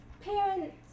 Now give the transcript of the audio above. parents